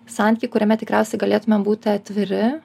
santykį kuriame tikriausiai galėtumėm būti atviri